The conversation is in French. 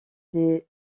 des